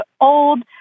old